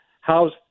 how's